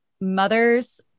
mother's